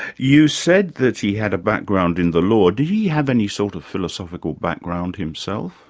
you said that he had a background in the law. did he have any sort of philosophical background himself?